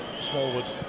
Smallwood